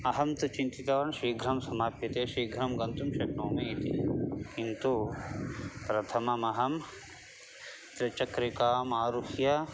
अहं तु चिन्तितवान् शीघ्रं समाप्यते शीघ्रं गन्तुं शक्नोमि इति किन्तु प्रथममहं त्रिचक्रिकाम् आरुह्य